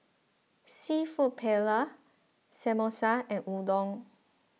Seafood Paella Samosa and Udon